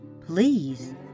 Please